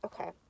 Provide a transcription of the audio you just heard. okay